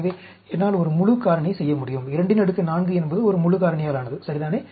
எனவே என்னால் ஒரு முழு காரணி செய்ய முடியும் 24 என்பது ஒரு முழு காரணியாலானது சரிதானே